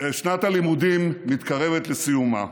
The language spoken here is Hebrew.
שנת הלימודים מתקרבת לסיומה.